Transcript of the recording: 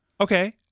Okay